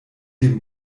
dem